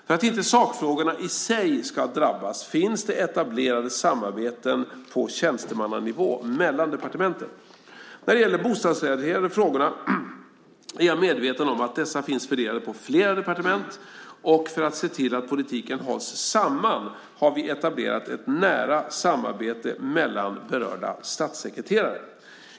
För att inte sakfrågorna i sig ska drabbas finns det etablerade samarbeten på tjänstemannanivå mellan departementen. När det gäller bostadsrelaterade frågor är jag medveten om att dessa finns fördelade på flera departement, och för att se till att politiken hålls samman har vi etablerat ett nära samarbete mellan berörda statssekreterare.